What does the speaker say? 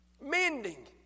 Mending